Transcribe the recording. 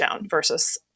versus